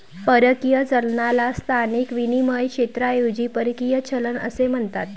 परकीय चलनाला स्थानिक विनिमय क्षेत्राऐवजी परकीय चलन असे म्हणतात